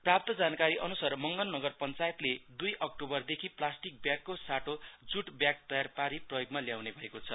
प्राप्त जानकारी अनुसार मगन नगर पञ्चायतले दुई अक्टोबरदेखि प्लास्टिक व्यागको साटो जुटका व्याग तयार पारि प्रयोगमा ल्याउने भएको छ